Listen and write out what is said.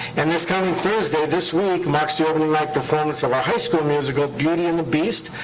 and this coming thursday, this week marks the opening night performance of our high school musical, beauty and the beast,